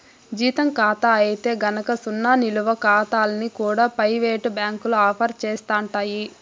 జీతం కాతా అయితే గనక సున్నా నిలవ కాతాల్ని కూడా పెయివేటు బ్యాంకులు ఆఫర్ సేస్తండాయి